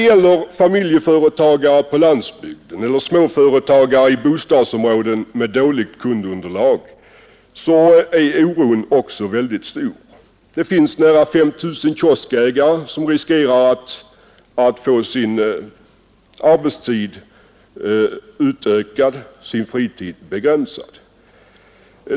Hos familjeföretagare på landsbygden och små företagare i bostadsområden med dåligt kundunderlag är oron också väldigt stor. Det finns nära 5 000 kioskägare som riskerar att få sin arbetstid utökad och sin fritid begränsad.